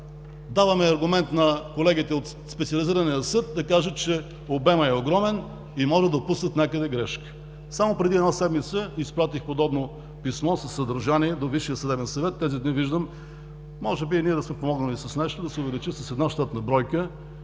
Даваме аргумент на колегите от Специализирания съд да кажат, че обемът е огромен, и може да допуснат някъде грешка. Само преди една седмица изпратих писмо с подобно съдържание до Висшия съдебен съвет. Тези дни виждам, може би и ние сме помогнали с нещо, че се увеличи щатът с една бройка